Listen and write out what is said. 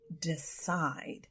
decide